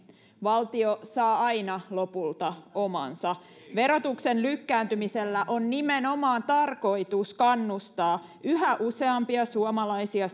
valtio saa aina lopulta omansa verotuksen lykkääntymisellä on nimenomaan tarkoitus kannustaa yhä useampia suomalaisia